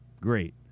Great